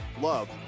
love